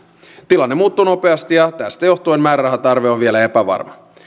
tilanne muuttuu nopeasti ja tästä johtuen määrärahan tarve on vielä epävarma